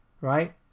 right